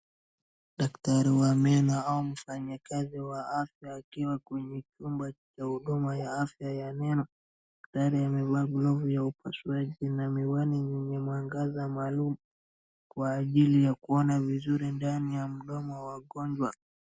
Daktari wa meno au mfanyakazi wa afya akiwa kwenye chumba cha huduma ya afya ya meno. Daktari amevaa glovu ya upasuaji na miwani yenye mwangaza maalum kwa ajili ya kuona vizuri ndani ya mdomo wa mgonjwa.